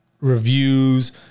reviews